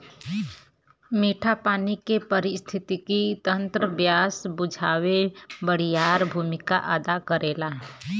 मीठा पानी के पारिस्थितिकी तंत्र प्यास बुझावे में बड़ियार भूमिका अदा करेला